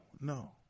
no